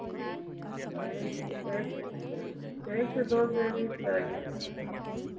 एक एक से दो के बीच में आइए